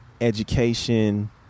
education